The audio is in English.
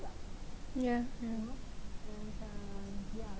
yeah mm